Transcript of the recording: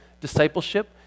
discipleship